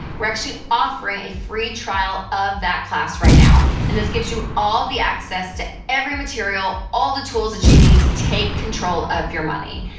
we're actually offering a free trial of that class right now. and this gives you all the access to every material, all the tools that you need to take control of your money.